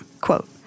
quote